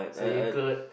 so you could